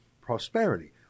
prosperity